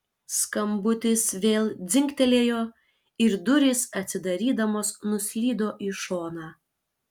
skambutis vėl dzingtelėjo ir durys atsidarydamos nuslydo į šoną